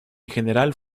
general